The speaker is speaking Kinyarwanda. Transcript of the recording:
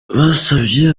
basabye